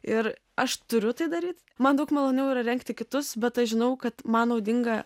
ir aš turiu tai daryt man daug maloniau yra rengti kitus bet aš žinau kad man naudinga